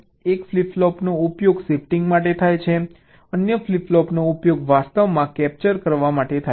એક ફ્લિપ ફ્લોપનો ઉપયોગ શિફ્ટિંગ માટે થાય છે અન્ય ફ્લિપ ફ્લોપનો ઉપયોગ વાસ્તવમાં કેપ્ચર કરવા માટે થાય છે